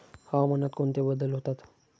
हवामानात कोणते बदल होतात?